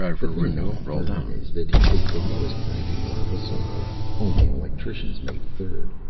the thing about vern is that he was the lowest-ranking one of us all only an electricians' mate third,